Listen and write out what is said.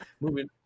moving